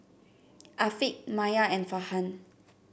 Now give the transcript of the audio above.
Afiq Maya and Farhan